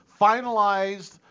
finalized